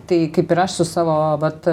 tai kaip ir aš su savo vat